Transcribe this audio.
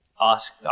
ask